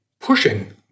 pushing